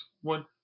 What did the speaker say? one